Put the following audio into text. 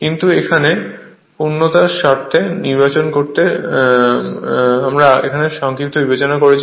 কিন্তু এখানে পূর্ণতার স্বার্থে নির্বাচন করতে হবে সংখ্যার জন্যও বিবেচনা করতে হবে